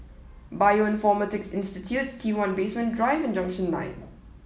Bioinformatics Institute T one Basement Drive and Junction nine